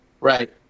Right